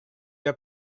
der